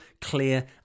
clear